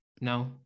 No